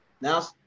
now